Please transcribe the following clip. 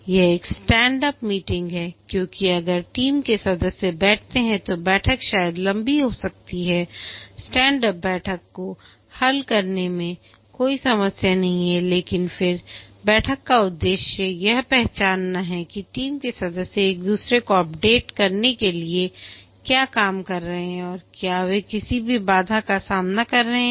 यह एक stand up meeting है क्योंकि अगर टीम के सदस्य बैठते हैं तो बैठक शायद लंबी हो सकती है स्टैंड अप बैठक को हल करने में कोई समस्या नहीं है लेकिन फिर बैठक का उद्देश्य यह पहचानना है कि टीम के सदस्य एक दूसरे को अपडेट करने के लिए क्या काम कर रहे हैं क्या वे किसी भी बाधा का सामना कर रहे हैं